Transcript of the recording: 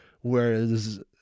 Whereas